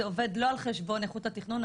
זה עובד לא על חשבון איכות התכנון,